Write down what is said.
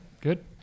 good